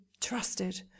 trusted